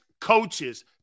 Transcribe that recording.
coaches